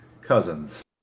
Cousins